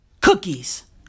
cookies